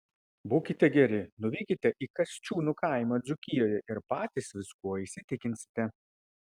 būkite geri nuvykite į kasčiūnų kaimą dzūkijoje ir patys viskuo įsitikinsite